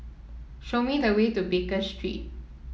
show me the way to Baker Street